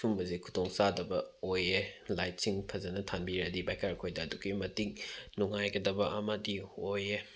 ꯁꯤꯒꯨꯝꯕꯁꯦ ꯈꯨꯗꯣꯡꯆꯥꯗꯕ ꯑꯣꯏꯌꯦ ꯂꯥꯏꯠꯁꯤꯡ ꯐꯖꯅ ꯊꯥꯟꯕꯤꯔꯗꯤ ꯕꯥꯏꯛꯀꯔ ꯑꯩꯈꯣꯏꯗ ꯑꯗꯨꯛꯀꯤ ꯃꯇꯤꯛ ꯅꯨꯡꯉꯥꯏꯒꯗꯕ ꯑꯃꯗꯤ ꯑꯣꯏꯌꯦ